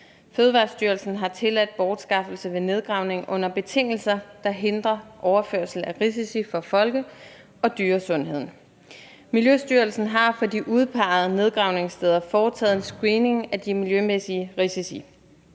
Fødevarestyrelsen har tilladt bortskaffelse ved nedgravning under betingelser, der forhindrer overførsel af risici for folke- og dyresundheden. Miljøstyrelsen har for de udpegede nedgravningssteder foretaget en screening af de miljømæssige risici.